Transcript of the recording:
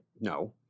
no